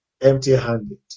empty-handed